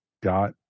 got